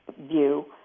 view